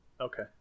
Okay